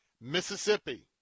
Mississippi